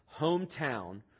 hometown